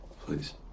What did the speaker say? please